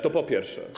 To po pierwsze.